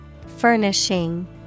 furnishing